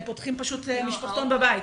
ההורים פותחים פשוט משפחתון בבית.